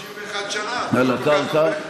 אבל ההיסטוריה היא 51 שנה, זה לא כל כך הרבה.